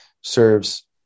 serves